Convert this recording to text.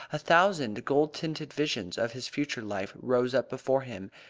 a thousand gold-tinted visions of his future life rose up before him,